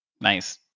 Nice